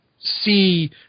see